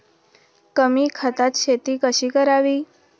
कमी खतात शेती कशी करावी?